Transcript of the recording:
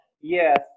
Yes